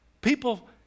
People